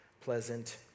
pleasant